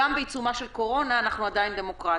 גם בעיצומה של הקורונה, אנחנו עדיין דמוקרטיה.